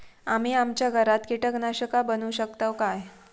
आम्ही आमच्या घरात कीटकनाशका बनवू शकताव काय?